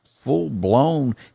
full-blown